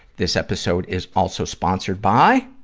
this episode is also sponsored by,